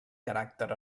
caràcter